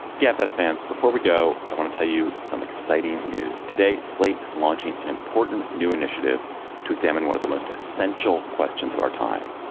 gabfest fans before we go i want to tell you some exciting news today. slate is launching an important new initiative to examine one of the most essential questions of our time.